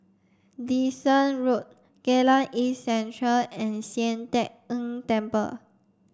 Dyson Road Geylang East Central and Sian Teck Tng Temple